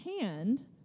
hand